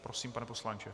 Prosím, pane poslanče.